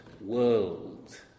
world